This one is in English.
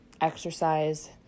exercise